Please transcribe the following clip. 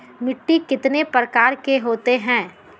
मिट्टी कितने प्रकार के होते हैं?